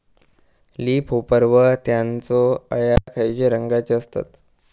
Leaf hopper व त्यानचो अळ्या खैचे रंगाचे असतत?